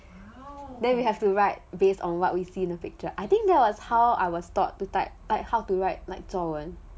then we have to write based on what we see in a picture I think that was how I was taught to type like how to write like 作文